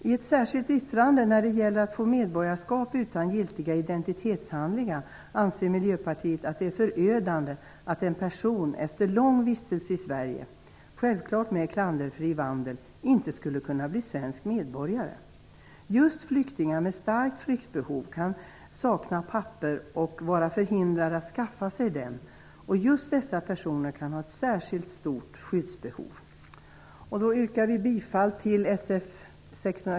I ett särskilt yttrande när det gäller att få medborgarskap utan giltiga identitetshandlingar anser Miljöpartiet de gröna att det är förödande att en person efter lång vistelse i Sverige, självklart med klanderfri vandel, inte skulle kunna bli svensk medborgare. Just flyktingar med starkt flyktbehov kan sakna papper och vara förhindrade att skaffa sig dessa papper. Och just dessa personer kan ha ett särskilt stort skyddsbehov.